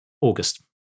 August